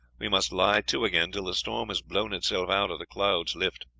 we must lie to again, till the storm has blown itself out or the clouds lift.